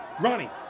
Ronnie